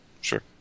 Sure